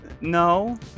no